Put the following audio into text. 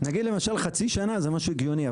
נגיד למשל חצי שנה זה משהו הגיוני,